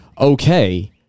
okay